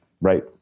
Right